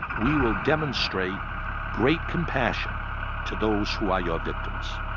we will demonstrate great compassion to those who are your victims.